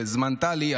זמן טלי,